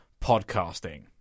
podcasting